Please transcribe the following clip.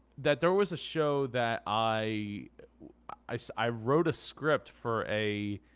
that there was a show that i i so i wrote a script for a